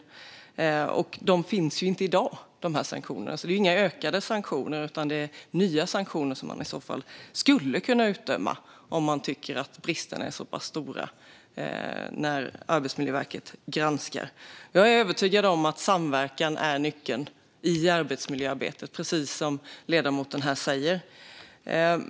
De sanktionerna finns inte i dag, så det är inte utökade sanktioner utan nya sanktioner som man skulle kunna utdöma om man tycker att bristerna är så pass stora när Arbetsmiljöverket granskar. Jag är övertygad om att samverkan är nyckeln i arbetsmiljöarbetet, precis som ledamoten säger här.